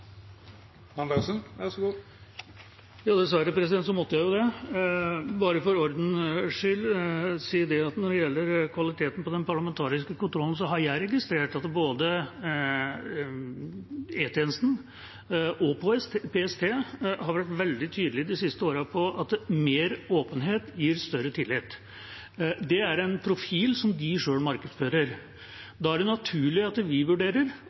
måtte jeg ta ordet og bare for ordens skyld si at når det gjelder kvaliteten på den parlamentariske kontrollen, har jeg registrert at både E-tjenesten og PST har vært veldig tydelige de siste årene på at mer åpenhet gir større tillit. Det er en profil de selv markedsfører. Da er det naturlig at vi vurderer